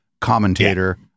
commentator